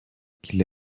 qu’il